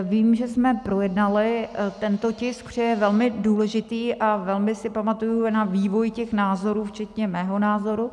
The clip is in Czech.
Vím, že jsme projednali tento tisk, že je velmi důležitý, a velmi si pamatuji na vývoj těch názorů včetně mého názoru.